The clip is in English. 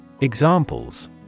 Examples